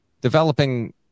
developing